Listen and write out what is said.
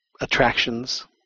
attractions